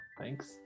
Thanks